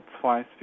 twice